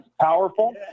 powerful